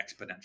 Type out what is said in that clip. exponential